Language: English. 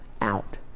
out